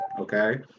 okay